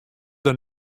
der